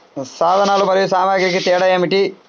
సాధనాలు మరియు సామాగ్రికి తేడా ఏమిటి?